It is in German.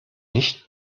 nicht